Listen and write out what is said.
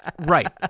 Right